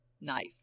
knife